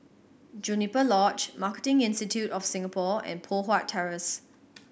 Juniper Lodge Marketing Institute of Singapore and Poh Huat Terrace